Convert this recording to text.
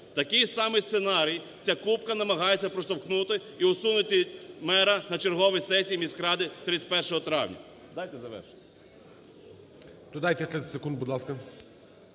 Такий самий сценарій ця купка намагається проштовхнути і усунути мера на черговій сесії міськради 31 травня.